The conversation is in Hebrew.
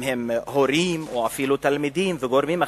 אם הורים או אפילו תלמידים וגורמים אחרים,